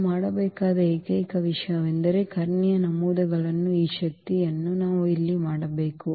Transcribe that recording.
ನಾವು ಮಾಡಬೇಕಾದ ಏಕೈಕ ವಿಷಯವೆಂದರೆ ಕರ್ಣೀಯ ನಮೂದುಗಳ ಈ ಶಕ್ತಿಯನ್ನು ನಾವು ಇಲ್ಲಿ ಮಾಡಬೇಕು